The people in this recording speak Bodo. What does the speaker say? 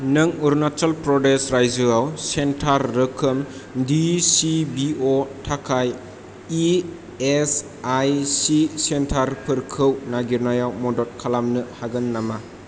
नों अरुनाचल प्रदेश रायजोआव सेन्टार रोखोम डिचिबिअ नि थाखाय इएसआइसि सेन्टार फोरखौ नागिरनायाव मदद खालामनो हागोन नामा